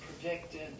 predicted